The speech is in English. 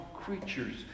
creatures